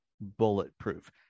bulletproof